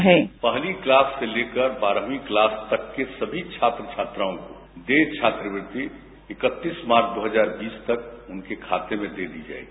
sound bite पहली class से लेकर बारहवीं क्लास तक के सभी छात्र छात्राओं को ये छात्रवृत्ति इकतीस मार्च दो हजार बीस तक उनके खाते में दे दी जायेगी